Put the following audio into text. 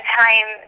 time